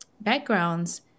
backgrounds